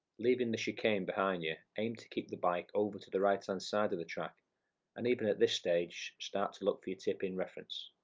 leaving the chicane behind you, aim to keep the bike over to the right-hand side of the track and even at this stage start to look for your tip in reference,